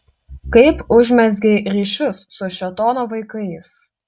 kaip užmezgei ryšius su šėtono vaikais